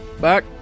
back